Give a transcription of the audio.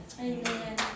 Amen